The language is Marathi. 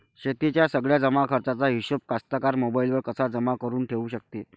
शेतीच्या सगळ्या जमाखर्चाचा हिशोब कास्तकार मोबाईलवर कसा जमा करुन ठेऊ शकते?